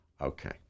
okay